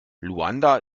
luanda